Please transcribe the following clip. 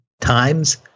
times